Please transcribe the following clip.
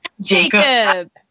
Jacob